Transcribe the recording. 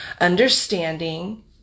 understanding